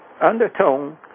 undertone